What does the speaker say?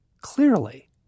clearly